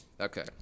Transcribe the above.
okay